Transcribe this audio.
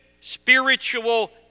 spiritual